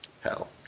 hell